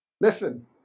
Listen